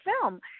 film